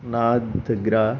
నా దగ్గర